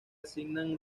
asignan